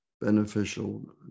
beneficial